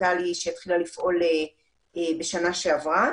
דיגיטלית שהתחילה לפעול בשנה שעברה.